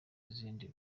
izindi